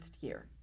year